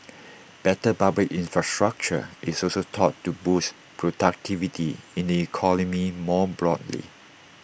better public infrastructure is also thought to boost productivity in the economy more broadly